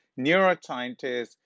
neuroscientists